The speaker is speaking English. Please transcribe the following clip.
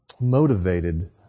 Motivated